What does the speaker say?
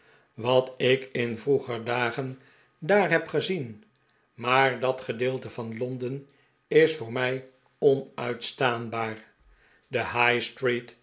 wat ik in vroeger dagen daar heb gezien maar dat gedeelte van londen is voor mij onuitstaanbaar de